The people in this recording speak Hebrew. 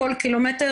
כל ק"מ,